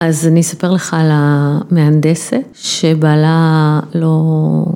אז אני אספר לך על המהנדסת שבעלה לא.